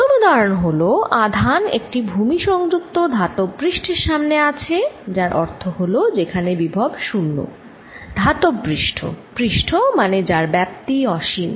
প্রথম উদাহরন হল আধান একটি ভূমি সংযুক্ত ধাতব পৃষ্ঠের সামনে আছে যার অর্থ হল সেখানে বিভব 0 ধাতব পৃষ্ঠ পৃষ্ঠ মানে যার ব্যাপ্তি অসীম